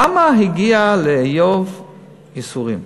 למה הגיעו לאיוב ייסורים?